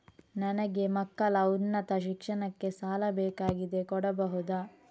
ನನಗೆ ಮಕ್ಕಳ ಉನ್ನತ ಶಿಕ್ಷಣಕ್ಕೆ ಸಾಲ ಬೇಕಾಗಿದೆ ಕೊಡಬಹುದ?